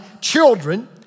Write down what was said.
children